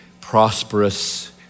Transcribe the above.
prosperous